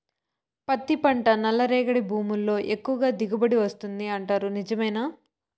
పత్తి పంట నల్లరేగడి భూముల్లో ఎక్కువగా దిగుబడి వస్తుంది అంటారు నిజమేనా